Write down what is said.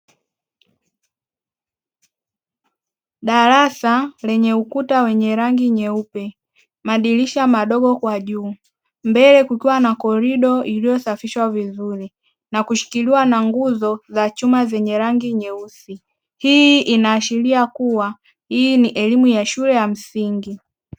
Darasa lenye ukuta wenye rangi nyeupe, madirisha madogo kwa juu mbele kukiwa na korido iliyosafishwa vizuri na kushikiliwa na nguzo za chuma zenye rangi nyeusi, hii inaashiria kuwa hii ni elimu ya shule ya msingi.